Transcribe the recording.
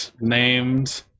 named